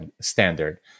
standard